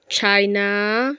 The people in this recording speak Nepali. चाइना